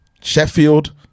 Sheffield